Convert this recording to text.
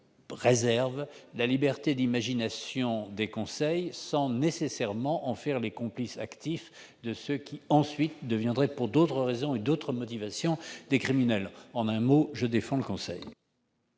préserve la liberté d'imagination des conseils, sans nécessairement en faire les complices actifs de ceux qui deviendraient ensuite, pour d'autres raisons et d'autres motivations, des criminels. En un mot, je défends le conseil